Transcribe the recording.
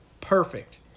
Perfect